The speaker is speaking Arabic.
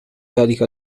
ذلك